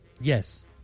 Yes